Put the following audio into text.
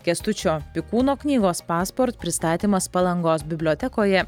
kęstučio pikūno knygos pasport pristatymas palangos bibliotekoje